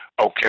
Okay